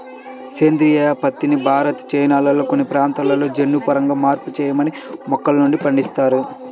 సేంద్రీయ పత్తిని భారత్, చైనాల్లోని కొన్ని ప్రాంతాలలో జన్యుపరంగా మార్పు చేయని మొక్కల నుండి పండిస్తారు